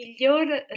miglior